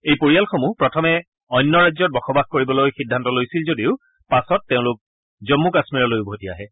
এই পৰিয়ালসমূহ প্ৰথমে অন্য ৰাজ্যত বসবাস কৰিবলৈ সিদ্ধান্ত লৈছিল যদিও পাছত জন্মু কাশ্মীৰলৈ উভতি আহে